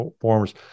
forms